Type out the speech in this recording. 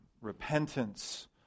repentance